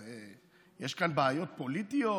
יש כאן בעיות פוליטיות,